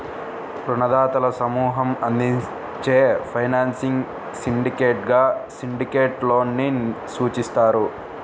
రుణదాతల సమూహం అందించే ఫైనాన్సింగ్ సిండికేట్గా సిండికేట్ లోన్ ని సూచిస్తారు